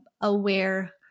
aware